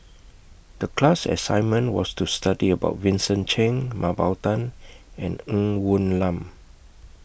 The class assignment was to study about Vincent Cheng Mah Bow Tan and Ng Woon Lam